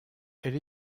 elle